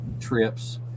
trips